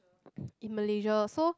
in malaysia so